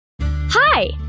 Hi